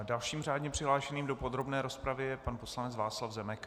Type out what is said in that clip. Dalším řádně přihlášeným do podrobné rozpravy je pan poslanec Václav Zemek.